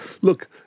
look